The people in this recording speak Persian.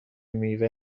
میوه